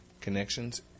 connections